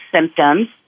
symptoms